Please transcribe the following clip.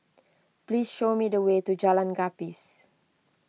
please show me the way to Jalan Gapis